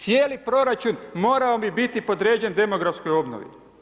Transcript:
Cijeli proračun morao bi biti podređen demografskoj obnovi.